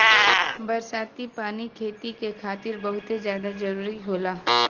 बरसाती पानी खेती के खातिर बहुते जादा जरूरी होला